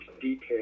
detail